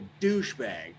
douchebag